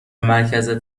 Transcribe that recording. مرکز